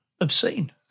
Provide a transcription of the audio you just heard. obscene